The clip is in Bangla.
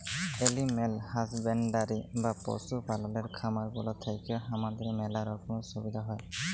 এলিম্যাল হাসব্যান্ডরি বা পশু পাললের খামার গুলা থেক্যে হামাদের ম্যালা রকমের সুবিধা হ্যয়